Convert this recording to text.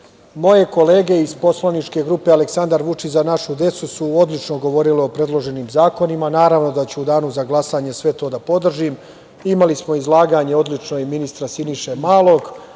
moje kolege iz poslaničke grupe „Aleksandar Vučić – za našu decu“ su odlično govorile o predloženim zakonima. Naravno da ću u Danu za glasanje sve to da podržim. Imali smo izlaganje odlično i ministra Siniše